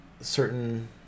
Certain